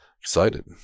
excited